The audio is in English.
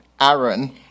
Aaron